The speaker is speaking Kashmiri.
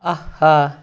اَہا